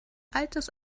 altes